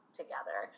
together